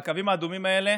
והקווים האדומים האלה